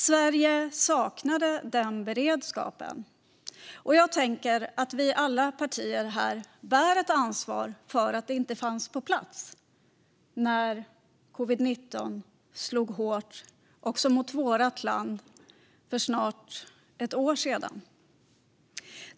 Sverige saknade den beredskapen, och alla partier här bär ett ansvar för att den inte fanns på plats när covid-19 slog till hårt också mot vårt land för snart ett år sedan.